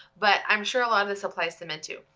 but i'm sure a lot of this applies to men too.